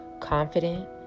confident